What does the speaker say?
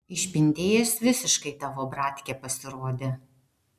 išpindėjęs visiškai tavo bratkė pasirodė